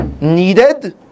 needed